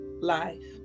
life